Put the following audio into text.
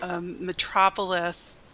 metropolis